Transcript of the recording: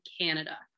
Canada